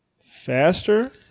faster